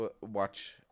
watch